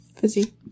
Fizzy